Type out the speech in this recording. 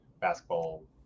basketball